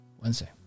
Wednesday